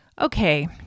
okay